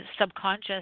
subconscious